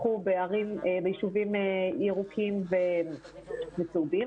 ו ביישובים ירוקים וצהובים,